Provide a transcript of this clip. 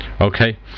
okay